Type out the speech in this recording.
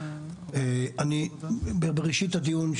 בראשית הדיון,